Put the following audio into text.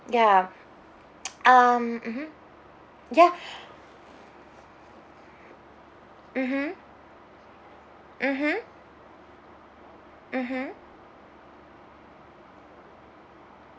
ya um mmhmm ya mmhmm mmhmm mmhmm